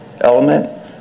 element